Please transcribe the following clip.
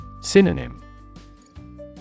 Synonym